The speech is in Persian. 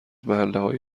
محلههای